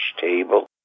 table